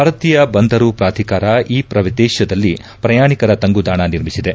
ಭಾರತೀಯ ಬಂದರು ಪ್ರಾಧಿಕಾರ ಈ ಪ್ರದೇಶದಲ್ಲಿ ಪ್ರಯಾಣಿಕರ ತಂಗುದಾಣ ನಿರ್ಮಿಸಿದೆ